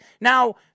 Now